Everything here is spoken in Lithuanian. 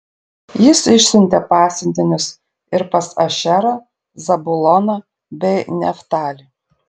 jis išsiuntė pasiuntinius ir pas ašerą zabuloną bei neftalį